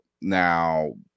Now